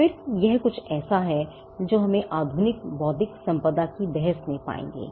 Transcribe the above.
फिर यह कुछ ऐसा है जो हममें आधुनिक बौद्धिक संपदा की बहस में पाएंगे